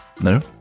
No